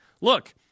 Look